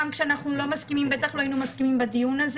גם כשאנחנו לא מסכימים בטח לא היינו מסכימים בדיון הזה